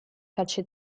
calcio